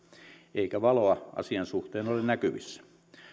eikä valoa asian suhteen ole näkyvissä